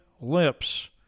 lips